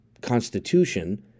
constitution